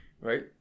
right